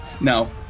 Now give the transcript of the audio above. No